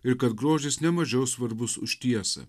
ir kad grožis nemažiau svarbus už tiesą